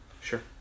Sure